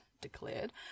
declared